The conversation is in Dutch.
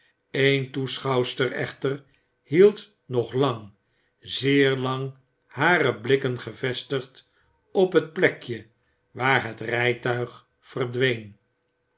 eéne toeschouwster echter hield nog lang zeer lang hare blikken gevestigd op het plekje waar het rijtuig verdween